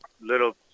little